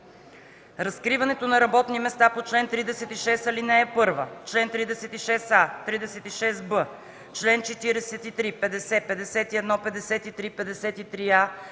Разкриването на работни места по чл. 36, ал. 1, чл. 36а, 36б, чл. 43, 50, 51, 53, 53а,